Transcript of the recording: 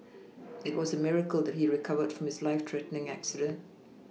it was a miracle that he recovered from his life threatening accident